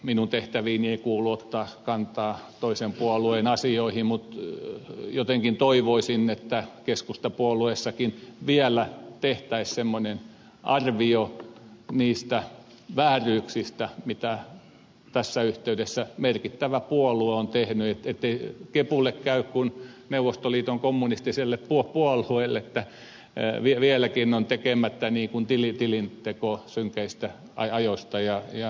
minun tehtäviini ei kuulu ottaa kantaa toisen puolueen asioihin mutta jotenkin toivoisin että keskustapuolueessakin vielä tehtäisiin semmoinen arvio niistä vääryyksistä mitä tässä yhteydessä merkittävä puolue on tehnyt ettei kepulle käy kuin neuvostoliiton kommunistiselle puolueelle että vieläkin on tekemättä niin kuin tilitilin tekoon senteistä tilinteko synkeistä ajoista